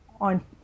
on